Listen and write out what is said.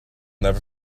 never